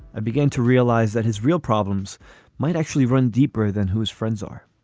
i began to realize that his real problems might actually run deeper than whose friends are